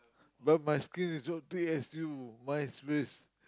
but my skin is not thick as you my face